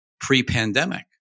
pre-pandemic